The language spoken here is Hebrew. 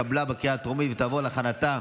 התקבלה בקריאה הטרומית ותעבור להכנתה